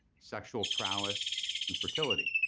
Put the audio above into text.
sexual prowess and fertility.